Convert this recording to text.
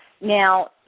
Now